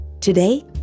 Today